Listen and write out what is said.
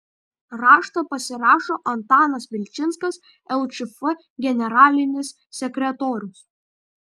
raštą pasirašo antanas vilčinskas lčf generalinis sekretorius